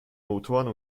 motoren